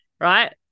Right